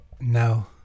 No